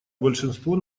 большинство